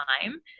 time